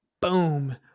Boom